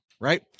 right